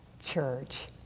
church